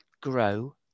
grow